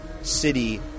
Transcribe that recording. city